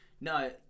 no